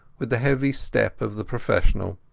with the heavy step of the professional.